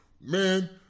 Man